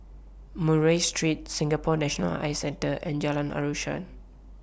Murray Street Singapore National Eye Centre and Jalan Asuhan